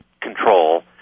control